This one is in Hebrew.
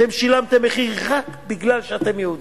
אתם שילמתם מחיר רק בגלל שאתם יהודים,